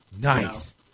Nice